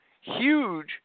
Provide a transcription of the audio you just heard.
huge